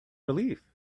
relief